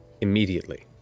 Immediately